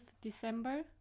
December